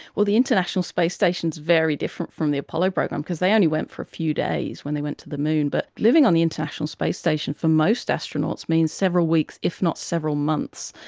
well, the international space station is very different from the apollo program because they only went for a few days when they went to the moon. but living on the international space station for most astronauts means several weeks, if not several months,